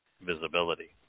visibility